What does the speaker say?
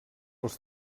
els